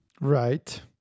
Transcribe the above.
Right